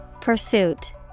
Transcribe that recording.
Pursuit